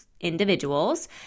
individuals